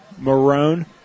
Marone